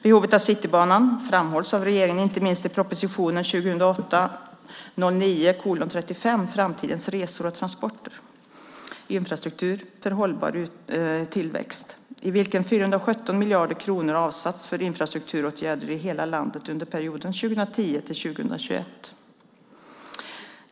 Behovet av Citybanan framhålls av regeringen inte minst i proposition 2008/09:35 Framtidens resor och transporter - infrastruktur för hållbar tillväxt i vilken 417 miljarder kronor avsätts för infrastrukturåtgärder i hela landet under perioden 2010-2021.